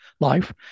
life